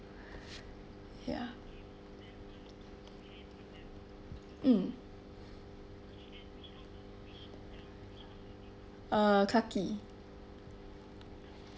ya mm uh clarke quay